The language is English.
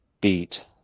beat